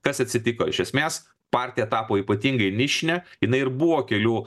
kas atsitiko iš esmės partija tapo ypatingai nišine jinai ir buvo kelių